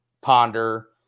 Ponder